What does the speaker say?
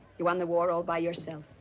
you won the war all by yourself.